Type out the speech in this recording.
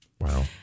Wow